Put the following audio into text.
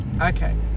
Okay